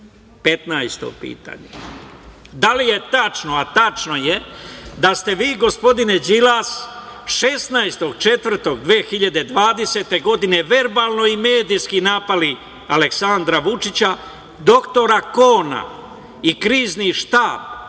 pitanje - da li je tačno, a tačno je, da ste vi gospodine Đilas 16. aprila 2020. godine verbalno i medijski napali Aleksandra Vučića, dr Kona, Krizni štab